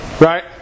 right